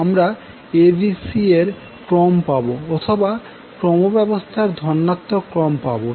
আমরা abc এর ক্রম পাবো অথবা ক্রম ব্যবস্থার ধনাত্মক ক্রম পাবো